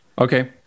Okay